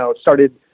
started